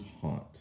haunt